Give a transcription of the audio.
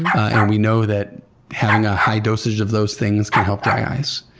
and we know that having a high dosage of those things can help dry eyes.